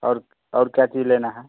और और क्या चीज़ लेना है